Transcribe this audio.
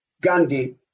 Gandhi